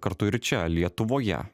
kartu ir čia lietuvoje